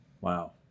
Wow